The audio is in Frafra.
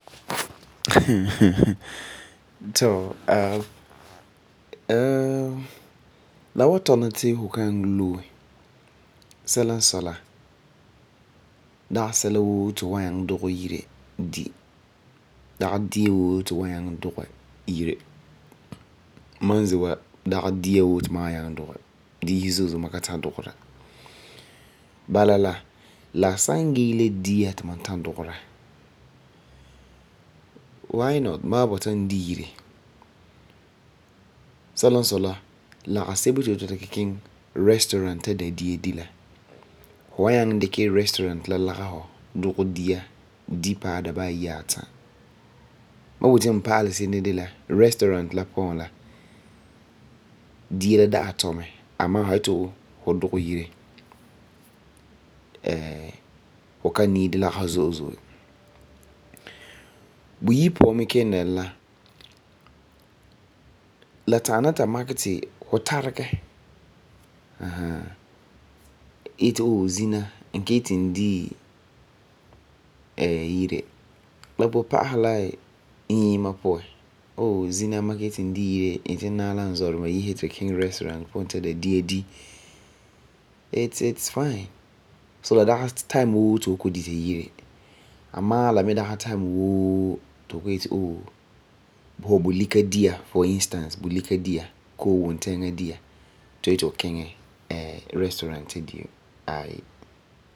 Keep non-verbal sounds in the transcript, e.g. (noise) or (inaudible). (laughs) tɔ, (hesitation) la wa tɔna ti fu ka nyaŋɛ loe, sɛla n sɔi dagi sɛla woo ti fu wa nyaŋɛ dugɛ yire di. Dagi dia woo ti fu wa nyaŋɛ dugera, diisi zo'e zo'e ma ka ta dugera. Bala, la san gee la dia ti ma ta dugera, why not, ma wa bɔta n di yire. Sɛla n sɔi la, lagesebo ti yeti fu nari kiŋɛ restaurant puan ta di la, fu wa nyaŋɛ dikɛ restaurant la lagefo dugɛ dia do paɛ dabesa ata. Buyi puan mi ken dɛna la, la ta'am no ta makɛ ti fu tarege, ahaa. Ohh zina ma ka yeti n de yire, n yeti n naɛ la n zɔduma yese ti tu kiŋɛ restaurant puan ta da dia di. Amaa la mi dagi time woo sa yeti for instance fu bulika, ohh fu yeti fu kiŋɛ restaurant ta di yo, aayi.